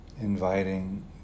Inviting